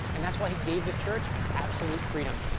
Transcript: and that's why he gave the church absolute freedom.